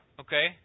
Okay